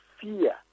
fear